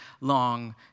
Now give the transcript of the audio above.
long